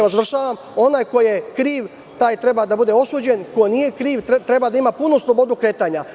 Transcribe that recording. Onaj ko je kriv, taj treba da bude osuđen, ko nije kriv, treba da ima punu slobodu kretanja.